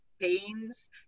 pains